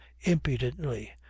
impudently